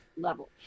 level